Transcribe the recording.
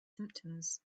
symptoms